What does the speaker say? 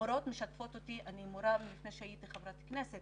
מורות משתפות אותי אני מורה לפני שהייתי חברת כנסת